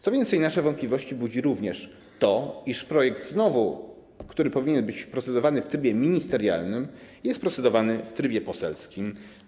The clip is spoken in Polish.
Co więcej, nasze wątpliwości budzi również to, iż projekt, który powinien być procedowany w trybie ministerialnym, jest procedowany w trybie poselskim.